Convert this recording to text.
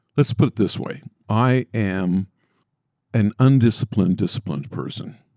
let's put it this way, i am an undisciplined disciplined person.